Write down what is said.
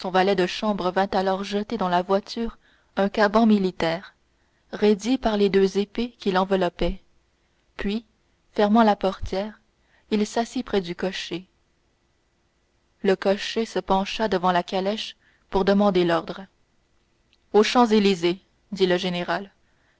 valet de chambre vint alors jeter dans la voiture un caban militaire raidi par les deux épées qu'il enveloppait puis fermant la portière il s'assit près du cocher le cocher se pencha devant la calèche pour demander l'ordre aux champs-élysées dit le général